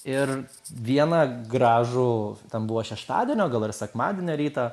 ir vieną gražų ten buvo šeštadienio gal ar sekmadienio rytą